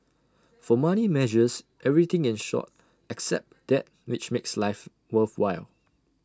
for money measures everything in short except that which makes life worthwhile